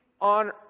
on